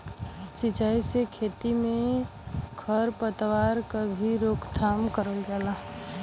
सिंचाई से खेती में खर पतवार क भी रोकथाम करल जाला